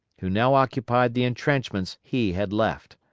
who now occupied the intrenchments he had left.